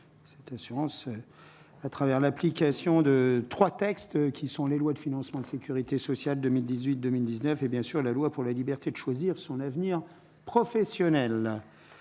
cette assurance à travers l'application de 3 textes qui sont les lois de financement de sécurité sociale 2018, 2019, et bien sûr la loi pour la liberté d'choisir son avenir professionnel,